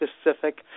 specific